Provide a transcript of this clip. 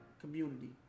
community